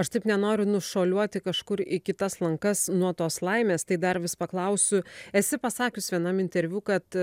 aš taip nenoriu nušuoliuoti kažkur į kitas lankas nuo tos laimės tai dar vis paklausiu esi pasakius vienam interviu kad